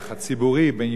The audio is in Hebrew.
בין יהודים ליהודים,